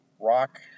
rock